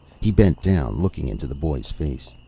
he bent down, looking into the boy's face.